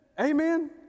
Amen